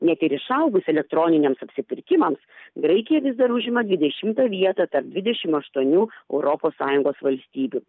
net ir išaugus elektroniniams apsipirkimams graikija vis dar užima dvidešimtą vietą tarp dvidešim aštuonių europos sąjungos valstybių